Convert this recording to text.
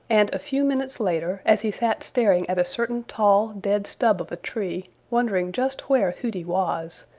and a few minutes later, as he sat staring at a certain tall, dead stub of a tree, wondering just where hooty was,